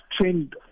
trained